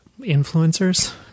influencers